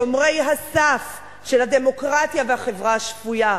שומרי הסף של הדמוקרטיה והחברה השפויה,